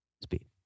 Speed